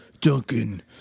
Duncan